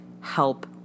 help